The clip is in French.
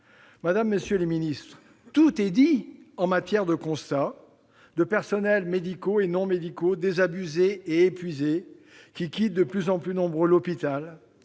tout est dit, en matière de constat : des personnels médicaux et non médicaux désabusés et épuisés, qui quittent de plus en plus nombreux l'hôpital,